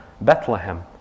Bethlehem